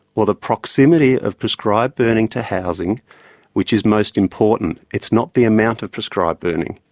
or the proximity, of prescribed burning to housing which is most important. it's not the amount of prescribed burning.